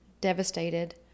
devastated